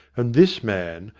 and this man,